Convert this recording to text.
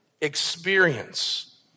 experience